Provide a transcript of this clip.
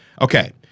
Okay